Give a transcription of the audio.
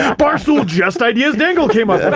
barstool just ideas dangle came up